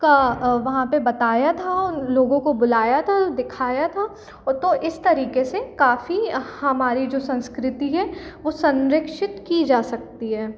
का वहाँ पर बताया था उन लोगों को बुलाया था दिखाया था वो तो इस तरीक़े से काफ़ी हमारी जो संस्कृति है वो संरक्षित की जा सकती है